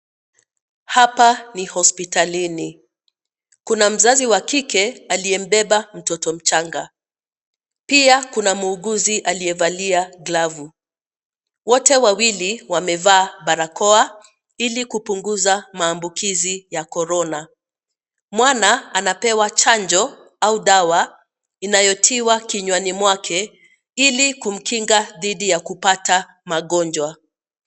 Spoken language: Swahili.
Hapa ni hospitalini, kuna mzazi wa kike aliyembeba mtoto mchanga, pia kuna muuguzi aliyevalia glavu, wote wawili wamevaa barakoa, ilikupunguza maambukizi ya Corona , mwana anapewa chanjo, au dawa, inayotiwa kinywani mwake, ilikumkinga dhidi ya kupata magonjwa.